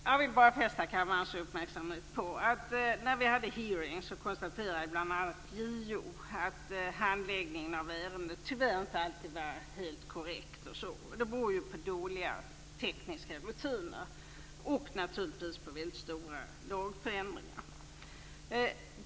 Fru talman! Jag vill bara fästa kammarens uppmärksamhet på att under vår hearing konstaterade bl.a. JO att handläggningen av ärenden tyvärr inte alltid var helt korrekt. Det beror på dåliga tekniska rutiner och på väldigt stora lagändringar.